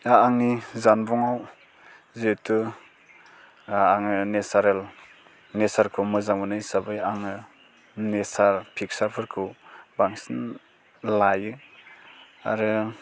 दा आंनि जानबुङाव जिहेथु आङो नेसारेल नेसारखौ मोजां मोनो हिसाबै आङो नेसार पिकसारफोरखौ बांसिन लायो आरो